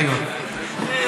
אייווא.